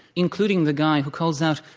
including the guy who calls out,